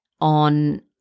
on